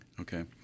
okay